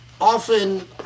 often